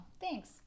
Thanks